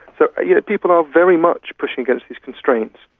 so yeah people are very much pushing against these constraints,